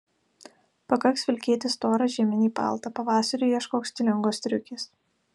pakaks vilkėti storą žieminį paltą pavasariui ieškok stilingos striukės